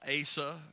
Asa